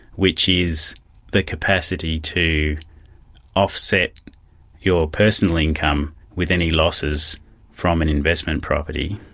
which is the capacity to offset your personal income with any losses from an investment property,